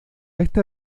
esta